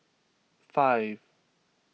five